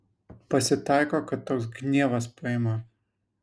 pasitaiko kad toks gnievas paima